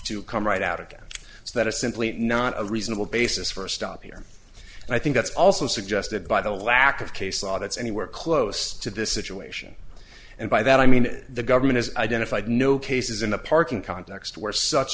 to come right out again that is simply not a reasonable basis for a stop here and i think that's also suggested by the lack of case law that's anywhere close to this situation and by that i mean the government has identified no cases in a parking context where such